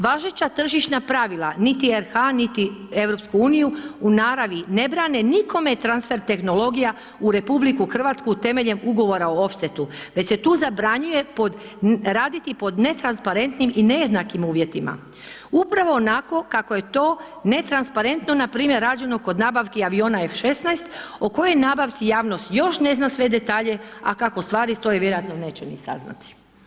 Važeća tržišna pravila, niti RH niti EU, u naravi ne brane nikome transfer tehnologija u RH temeljem ugovora o offsetu, već se tu zabranjuje raditi pod netransparentnim i nejednakim uvjetima, upravo onako kako je to netransparentno npr. rađeno kod nabavki aviona F-16, o kojoj nabavci javnost još ne zna sve detalje, a kako stvari stoje, vjerojatno neće ni saznati.